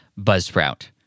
buzzsprout